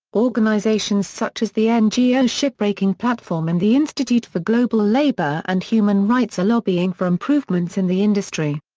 organisations such as the ngo shipbreaking platform and the institute for global labour and human rights are lobbying for improvements in the industry.